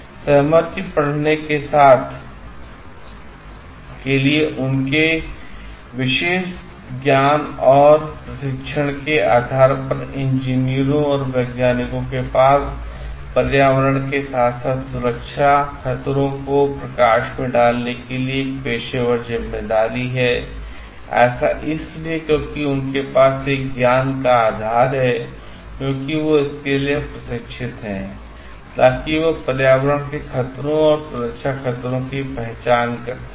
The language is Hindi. सहमति पढ़ने के साथ के लिए उनके विशेष ज्ञान और प्रशिक्षण के आधार पर इंजीनियरों और वैज्ञानिकों के पास पर्यावरण के साथ साथ सुरक्षा खतरों को प्रकाश में लाने के लिए एक पेशेवर जिम्मेदारी है ऐसा इसलिए क्योंकि उनके पास एक ज्ञान का आधार है क्योंकि वे इसके लिए प्रशिक्षित हैं ताकि वे पर्यावरण के खतरों और सुरक्षा खतरों को पहचान सकें